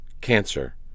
cancer